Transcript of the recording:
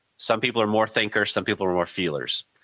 some people are more thinkers, some people are more feelers.